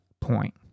point